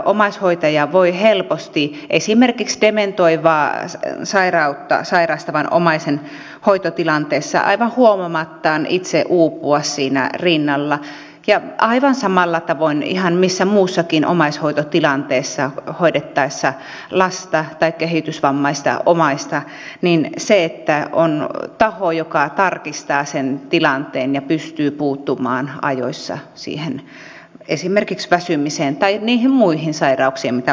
omaishoitaja voi helposti esimerkiksi dementoivaa sairautta sairastavan omaisen hoitotilanteessa aivan huomaamattaan itse uupua siinä rinnalla ja aivan samalla tavoin ihan missä tahansa muussakin omaishoitotilanteessa hoidettaessa lasta tai kehitysvammaista omaista joten on tärkeää että on taho joka tarkistaa sen tilanteen ja pystyy puuttumaan ajoissa esimerkiksi väsymiseen tai niihin muihin sairauksiin mitä omaishoitajalla voi olla